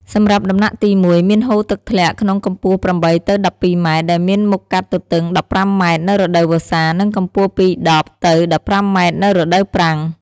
សម្រាប់់ដំណាក់ទី១ មានហូរធ្លាក់ក្នុងកម្ពស់ ៨ ទៅ ១២ម៉ែត្រ ដែលមានមុខកាត់ទទឹង ១៥ម៉ែត្រ នៅរដូវវស្សា និងកម្ពស់ពី១០ ទៅ ១៥ម៉ែត្រ នៅរដូវប្រាំង។